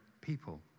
people